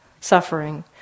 suffering